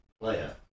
player